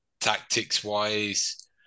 tactics-wise